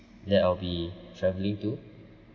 that I'll be travelling to